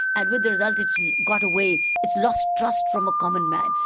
and with the result it's got away it's lost trust from a common man.